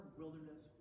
wilderness